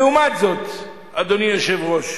לעומת זאת, אדוני היושב-ראש,